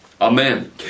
Amen